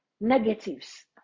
negatives